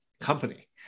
company